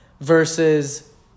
versus